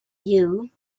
you